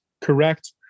correct